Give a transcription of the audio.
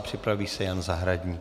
Připraví se Jan Zahradník.